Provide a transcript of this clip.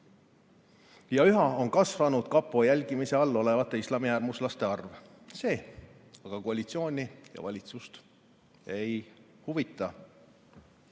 Ja üha on kasvanud kapo jälgimise all olevate islamiäärmuslaste arv, see aga koalitsiooni ja valitsust ei huvita.